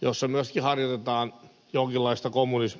joissa myöskin harjoitetaan jonkinlaista kommunismin sovellutusta